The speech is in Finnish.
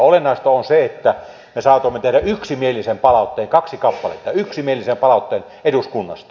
olennaista on se että me saatoimme tehdä yksimielisen palautteen kaksi kappaletta yksimielisen palautteen eduskunnasta